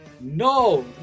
No